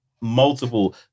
Multiple